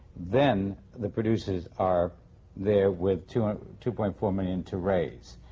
then, the producers are there with two um two point four million to raise.